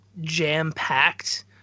jam-packed